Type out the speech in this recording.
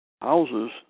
Houses